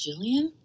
Jillian